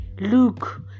Look